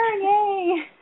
yay